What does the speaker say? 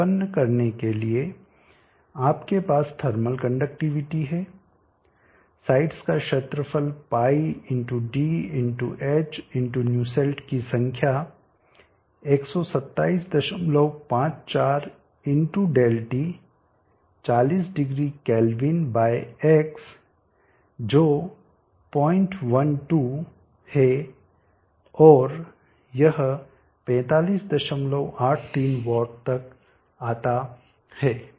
स्थानापन्न करने के लिए आपके पास थर्मल कंडक्टिविटी है साइड्स का क्षेत्रफल πdhन्यूसेल्ट की संख्या 12754 ×ΔT40 डिग्री केल्विन X जो 012 है और यह 4583 वाट तक आता है